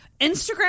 Instagram